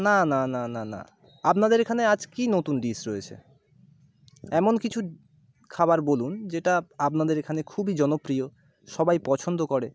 না না না না না আপনাদের এখানে আজ কী নতুন ডিশ রয়েছে এমন কিছু খাবার বলুন যেটা আপনাদের এখানে খুবই জনপ্রিয় সবাই পছন্দ করে